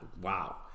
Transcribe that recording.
Wow